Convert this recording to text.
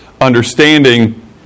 understanding